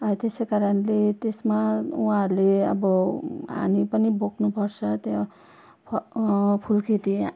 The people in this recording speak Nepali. आ त्यसै कारणले त्यसमा उहाँहरले अब हानी पनि बोक्नु र्छ त्यो फुलखेती